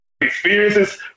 experiences